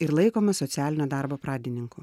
ir laikomas socialinio darbo pradininku